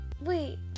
wait